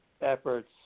efforts